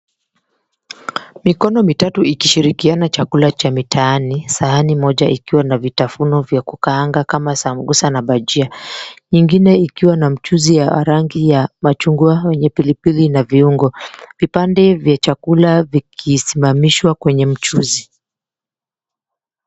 Mikono mitatu ikishirikiana chakula cha mitaani, sahani moja ikiwa na vitafuno vya kukaanga kama samosa na bajia. Nyingine ikiwa na mchuzi wa rangi ya machungwa wenye pilipili na viungo. Vipande vya chakula vikisimamishwa kwenye mchuzi.